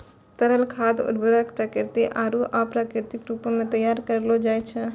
तरल खाद उर्वरक प्राकृतिक आरु अप्राकृतिक रूपो सें तैयार करलो जाय छै